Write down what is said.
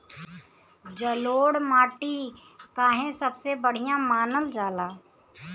जलोड़ माटी काहे सबसे बढ़िया मानल जाला?